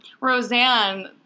Roseanne